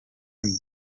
and